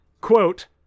quote